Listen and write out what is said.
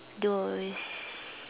those